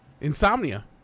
Insomnia